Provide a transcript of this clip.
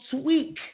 tweak